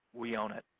we own it.